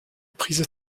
prise